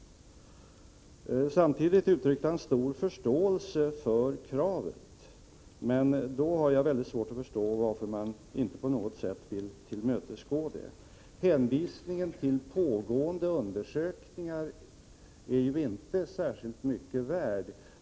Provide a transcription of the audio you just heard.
Samtidigt uttryckte Yngve Nyquist stor förståelse för vårt krav, men jag har då mycket svårt att förstå varför man inte på något sätt vill tillmötesgå det. Hänvisningen till pågående undersökningar är inte särskilt mycket värd.